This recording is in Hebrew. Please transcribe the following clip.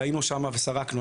היינו שם וסרקנו.